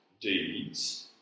deeds